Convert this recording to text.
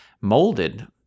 molded